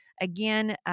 Again